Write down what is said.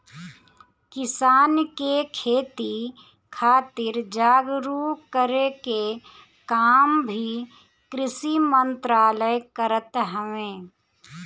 किसान के खेती खातिर जागरूक करे के काम भी कृषि मंत्रालय करत हवे